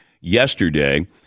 yesterday